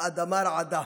האדמה רעדה,